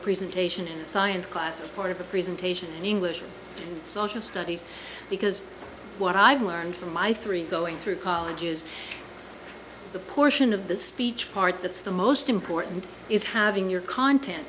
presentation science class or a presentation in english or social studies because what i've learned from my three going through college is the portion of the speech part that's the most important is having your content